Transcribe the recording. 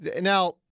Now